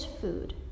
food